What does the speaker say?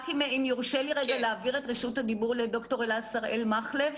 רק אם יורשה לי רגע להעביר את רשות הדיבור לד"ר אלה שראל מחלב,